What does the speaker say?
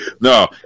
No